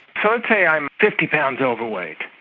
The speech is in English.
so let's say i'm fifty pounds overweight,